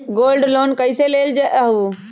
Gold loan कईसे लेल जाहु?